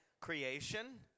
creation